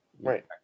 right